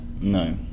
No